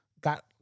got